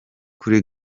kuri